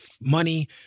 money